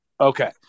Okay